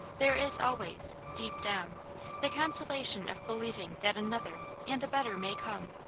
there is always deep down the consolation of believing that another and a better may come.